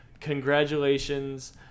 Congratulations